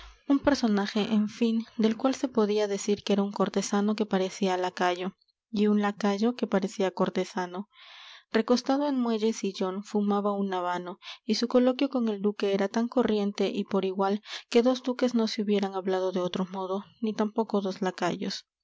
un personaje en fin del cual se podía decir que era un cortesano que parecía lacayo y un lacayo que parecía cortesano recostado en muelle sillón fumaba un habano y su coloquio con el duque era tan corriente y por igual que dos duques no se hubieran hablado de otro modo ni tampoco dos lacayos